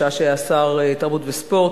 בשעה שהיה שר התרבות והספורט,